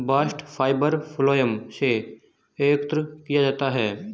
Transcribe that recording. bast fibre phloem से एकत्र किया जाता है